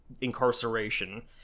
incarceration